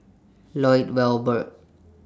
Lloyd Valberg